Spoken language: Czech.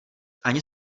ani